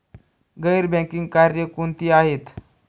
गैर बँकिंग कार्य कोणती आहेत?